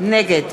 נגד